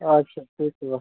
अच्छा ठीक छै रखु